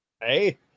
Hey